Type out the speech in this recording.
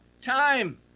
time